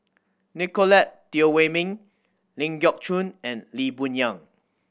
Nicolette Teo Wei Min Ling Geok Choon and Lee Boon Yang